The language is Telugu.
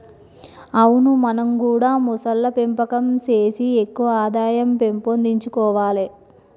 అవును మనం గూడా మొసళ్ల పెంపకం సేసి ఎక్కువ ఆదాయం పెంపొందించుకొవాలే